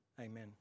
Amen